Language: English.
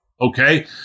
okay